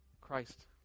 Christ